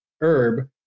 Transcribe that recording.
herb